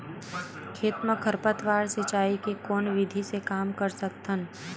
खेत म खरपतवार सिंचाई के कोन विधि से कम कर सकथन?